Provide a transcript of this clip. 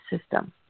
system